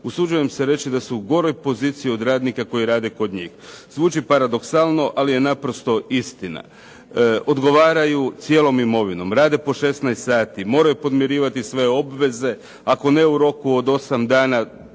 usuđujem se reći da su u goroj poziciji od radnika koji rade kod njih. Zvuči paradoksalno ali je naprosto istina. Odgovaraju cijelom imovinom, rade po 16 sati, moraju podmirivati sve obveze ako ne u roku od osam dana